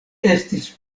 estis